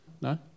No